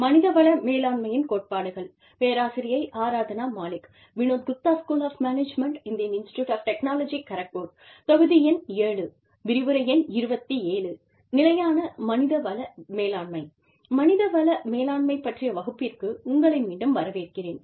மனித வள மேலாண்மை பற்றிய வகுப்பிற்கு உங்களை மீண்டும் வரவேற்கிறேன்